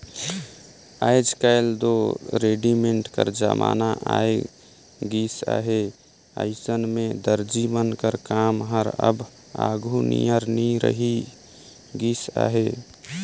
आएज काएल दो रेडीमेड कर जमाना आए गइस अहे अइसन में दरजी मन कर काम हर अब आघु नियर नी रहि गइस अहे